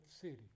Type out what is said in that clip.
city